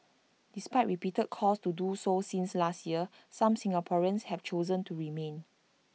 despite repeated calls to do so since last year some Singaporeans have chosen to remain